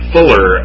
Fuller